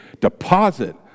deposit